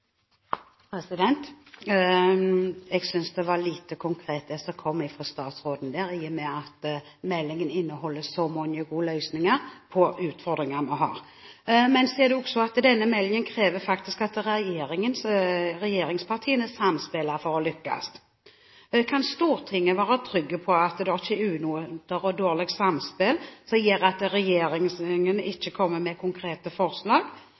Jeg synes det som kom fra statsråden her var lite konkret, i og med at meldingen inneholder så mange gode løsninger på utfordringer vi har. Men så er det sånn at denne meldingen også krever at regjeringspartiene samspiller for å lykkes. Kan Stortinget være trygg på at det ikke er unoter og dårlig samspill som gjør at regjeringen ikke kommer med konkrete forslag